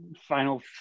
final